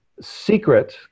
secret